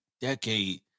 decade